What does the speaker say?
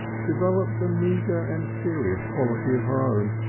developed a meagre and serious quality of her own,